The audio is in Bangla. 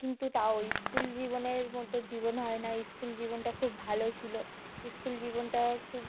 কিন্তু তাও স্কুল জীবনের মতো জীবন হয় না স্কুল জীবনটা খুব ভালো ছিলো স্কুল জীবনটা খুব